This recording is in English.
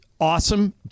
awesome